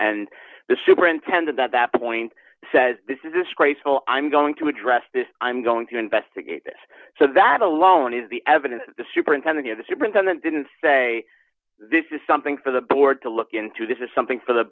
the superintendent at that point says this is disgraceful i'm going to address this i'm going to investigate this so that alone is the evidence the superintendent of the superintendent didn't say this is something for the board to look into this is something for the